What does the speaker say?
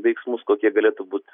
veiksmus kokie galėtų būt